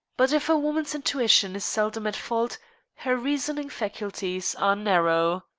but if a woman's intuition is seldom at fault her reasoning faculties are narrow.